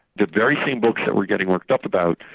the very same books that we're getting worked up about,